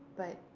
but,